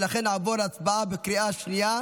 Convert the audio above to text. נעבור להצבעה בקריאה שנייה